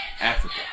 Africa